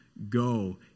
Go